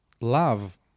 love